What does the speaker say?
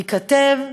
ייכתב,